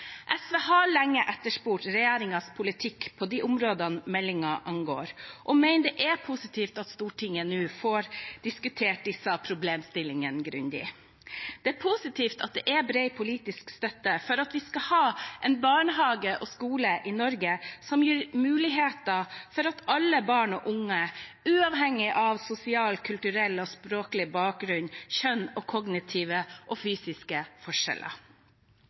SV har lenge etterspurt regjeringens politikk på de områdene meldingen angår, og mener det er positivt at Stortinget nå får diskutert disse problemstillingene grundig. Det er positivt at det er bred politisk støtte for at vi skal ha en barnehage og skole i Norge som gir muligheter for alle barn og unge, uavhengig av sosial, kulturell og språklig bakgrunn, kjønn og kognitive og fysiske forskjeller.